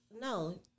no